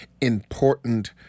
important